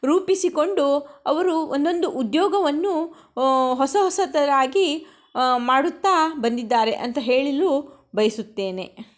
ರೂಪಿಸಿಕೊಂಡು ಅವರು ಒಂದೊಂದು ಉದ್ಯೋಗವನ್ನು ಹೊಸ ಹೊಸತರಾಗಿ ಮಾಡುತ್ತಾ ಬಂದಿದ್ದಾರೆ ಅಂತ ಹೇಳಲು ಬಯಸುತ್ತೇನೆ